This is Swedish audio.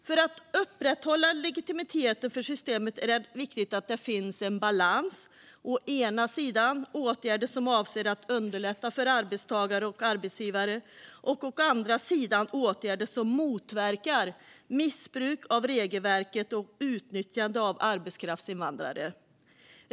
För att upprätthålla legitimiteten för systemet är det viktigt att det finns en balans mellan å ena sidan åtgärder som avser att underlätta för arbetstagare och arbetsgivare och å andra sidan åtgärder som motverkar missbruk av regelverket och utnyttjande av arbetskraftsinvandrare.